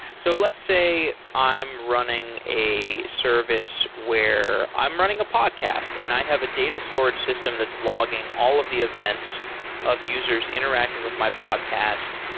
so let's say i'm running a service where i'm running a podcast and i have a data storage system that's logging all of the events of users interacting with my podcast.